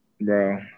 Bro